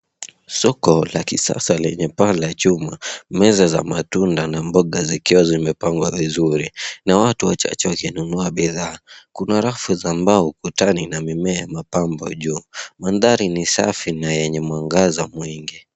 Soko la kisasa lenye paa la chuma, meza za matunda na mboga zikiwa zimepangwa vizuri, na watu wachache wakinunua bidhaa. Kuna rafu za mbao ukutani na mimea ya mapambo juu. Mandhari ni safi na yenye mwangaza mwingi.